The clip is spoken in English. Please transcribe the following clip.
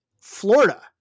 Florida